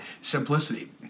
simplicity